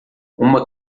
uma